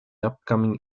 upcoming